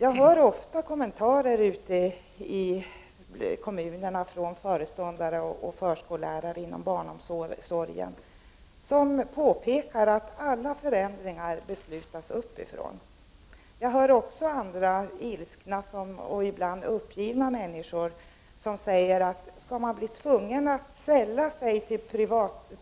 Jag hör ofta kommentarer från föreståndare och förskollärare inom barnomsorgen ute i kommunerna som går ut på att alla förändringar beslutas uppifrån. Jag hör också andra ilskna och ibland uppgivna människor som frågar: Skall man bli tvungen att sälla sig till